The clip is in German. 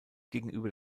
gegenüber